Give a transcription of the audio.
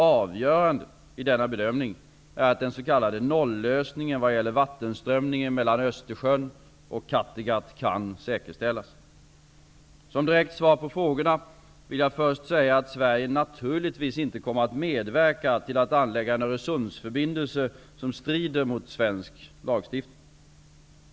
Avgörande i denna bedömning är att den s.k. nollösningen vad gäller vattenströmningen mellan Östersjön och Kattegatt kan säkerställas. Som direkt svar på frågorna vill jag först säga att Sverige naturligtvis inte kommer att medverka till att anlägga en Öresundsförbindelse som strider mot svensk lagstiftning.